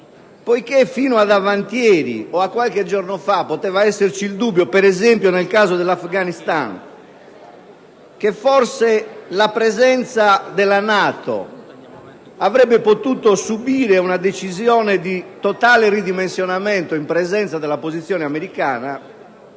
Come ho già detto, se fino a qualche giorno fa poteva esserci il dubbio, ad esempio nel caso dell'Afghanistan, che la presenza della NATO avrebbe potuto subire una decisione di totale ridimensionamento in virtù della posizione americana,